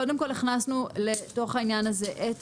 קודם כול הכנסנו לתוך העניין הזה את